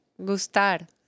gustar